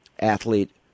athlete